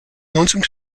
lonesome